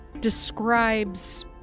describes